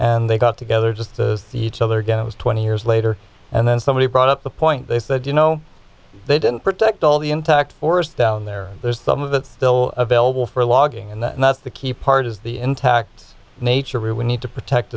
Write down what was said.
and they got together just to see each other again it was twenty years later and then somebody brought up the point they said you know they didn't protect all the intact forest down there there's some of it still available for logging and that's the key part is the intact nature we need to protect